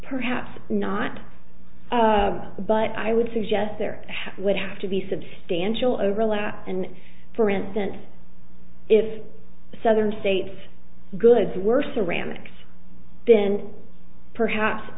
perhaps not but i would suggest there would have to be substantial overlap and for instance if southern states goods were ceramics then perhaps